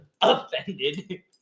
Offended